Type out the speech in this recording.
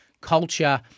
culture